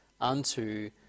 unto